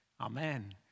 amen